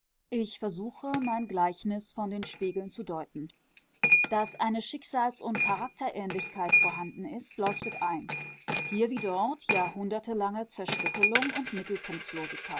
ich versuche mein gleichnis von den spiegeln zu deuten daß eine schicksals und charakterähnlichkeit vorhanden ist leuchtet ein hier wie dort jahrhundertelange zerstückelung und